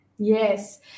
Yes